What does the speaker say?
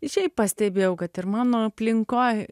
šiaip pastebėjau kad ir mano aplinkoj